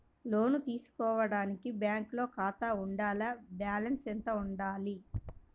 లోను తీసుకోవడానికి బ్యాంకులో ఖాతా ఉండాల? బాలన్స్ ఎంత వుండాలి?